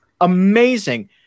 Amazing